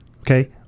Okay